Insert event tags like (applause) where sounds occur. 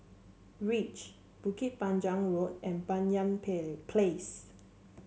reach Bukit Panjang Road and Banyan (unintelligible) Place